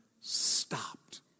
stopped